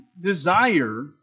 desire